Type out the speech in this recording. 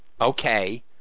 okay